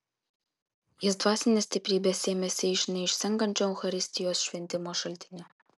jis dvasinės stiprybės sėmėsi iš neišsenkančio eucharistijos šventimo šaltinio